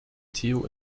theo